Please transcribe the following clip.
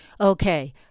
Okay